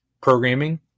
programming